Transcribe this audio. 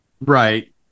Right